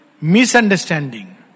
misunderstanding